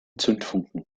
zündfunken